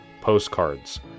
Postcards